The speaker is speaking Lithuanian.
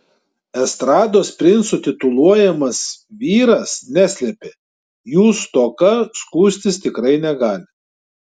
estrados princu tituluojamas vyras neslepia jų stoka skųstis tikrai negali